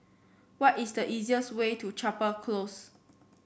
what is the easiest way to Chapel Close